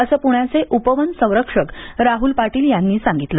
असं पुण्याचे उपवन संरक्षक राह्ल पाटील यांनी सांगितलं